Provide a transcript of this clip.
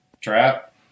trap